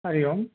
हरिः ओम्